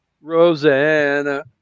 Rosanna